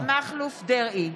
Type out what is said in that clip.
(קוראת בשמות חברי הכנסת) אריה מכלוף דרעי,